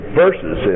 verses